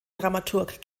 dramaturg